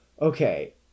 Okay